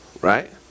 Right